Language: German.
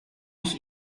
ich